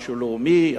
משהו לאומי,